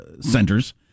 centers